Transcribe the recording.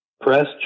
press